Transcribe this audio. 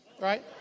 right